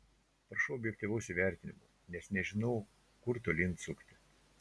prašau objektyvaus įvertinimo nes nežinau kur tolyn sukti